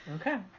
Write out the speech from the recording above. Okay